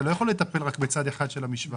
אתה לא יכול לטפל רק בצד אחד של המשוואה.